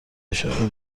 اشاره